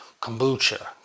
kombucha